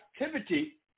activity